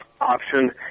option